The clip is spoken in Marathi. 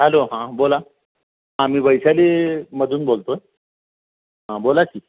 हॅलो हां बोला हां मी वैशालीमधून बोलतो आहे हां बोला की